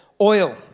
oil